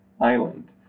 Island